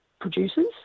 producers